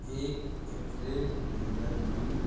ଏକ ଏପ୍ରିଲ୍ ଦୁଇହଜାର ଦୁଇ